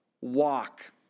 walk